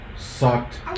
Sucked